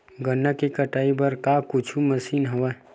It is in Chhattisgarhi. गन्ना के कटाई बर का कुछु मशीन हवय?